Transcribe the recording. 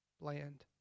bland